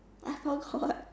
I forgot